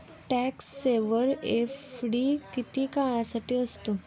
Tax saver FD किती काळासाठी असते?